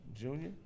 Junior